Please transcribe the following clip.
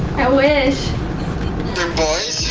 wish. they're boys?